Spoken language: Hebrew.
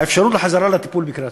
האפשרות לחזרה לטיפול במקרה הצורך,